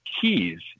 keys